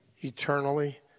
eternally